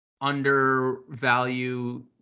undervalue